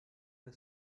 der